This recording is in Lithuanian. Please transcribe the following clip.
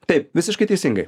taip visiškai teisingai